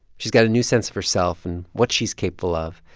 she's got a new sense of herself and what she's capable of.